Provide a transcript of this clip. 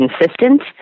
consistent